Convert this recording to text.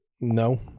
no